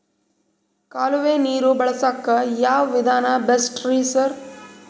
ಕಾಲುವೆ ನೀರು ಬಳಸಕ್ಕ್ ಯಾವ್ ವಿಧಾನ ಬೆಸ್ಟ್ ರಿ ಸರ್?